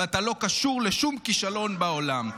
ואתה לא קשור לשום כישלון בעולם.